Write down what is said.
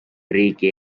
riigi